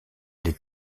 les